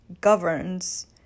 governs